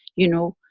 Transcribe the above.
you know?